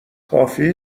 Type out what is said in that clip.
کافی